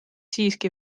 siiski